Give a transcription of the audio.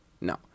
No